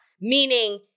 Meaning